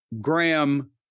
Graham